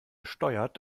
steuert